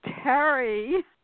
Terry